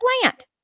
plant